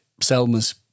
Selma's